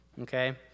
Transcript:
okay